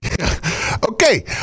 Okay